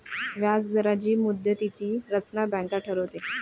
व्याजदरांची मुदतीची रचना बँक ठरवते